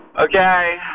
Okay